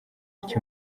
iki